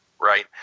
right